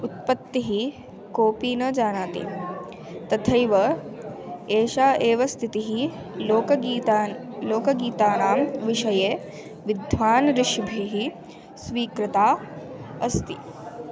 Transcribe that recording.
उत्पत्तिः कोपि न जानाति तथैव एषा एव स्थितिः लोकगीतान् लोकगीतानां विषये विद्वांसः ऋषिभिः स्वीकृतः अस्ति